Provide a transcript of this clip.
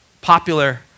popular